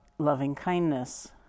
loving-kindness